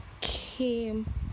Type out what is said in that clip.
came